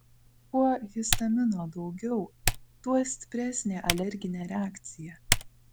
kuo histamino daugiau tuo stipresnė alerginė reakcija